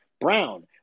Brown